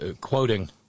quoting